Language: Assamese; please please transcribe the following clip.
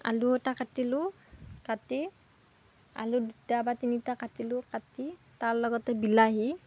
আলু এটা কাটিলোঁ কাটি আলু দুটা বা তিনিটা কাটিলোঁ কাটি তাৰ লগতে বিলাহী